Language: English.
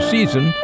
Season